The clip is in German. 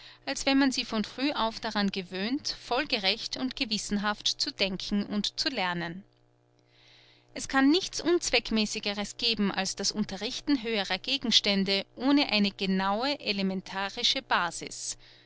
als wenn man sie von früh auf daran gewöhnt folgerecht und gewissenhaft zu denken und zu lernen es kann nichts unzweckmäßigeres geben als das unterrichten höherer gegenstände ohne eine genaue elementarische basis